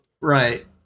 Right